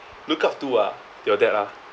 look up to ah your dad lah